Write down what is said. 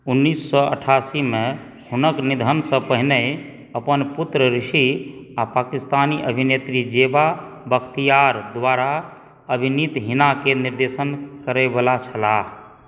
उन्नैस सए अठासीमे हुनक निधनसँ पहिने अपन पुत्र ऋषि आ पाकिस्तानी अभिनेत्री जेबा बख्तियार द्वारा अभिनीत हिना के निर्देशन करयवला छलाह